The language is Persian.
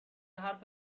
حرف